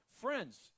friends